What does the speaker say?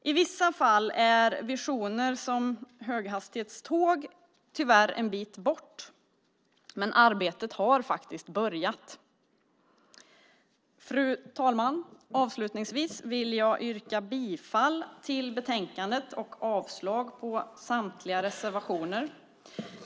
I vissa fall är visioner som höghastighetståg tyvärr en bit bort, men arbetet har börjat. Fru talman! Avslutningsvis vill jag yrka bifall till förslaget i betänkandet och avslag på samtliga reservationer.